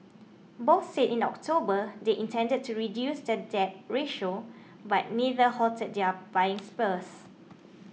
both said in October they intended to reduce their debt ratio but neither halted their buying sprees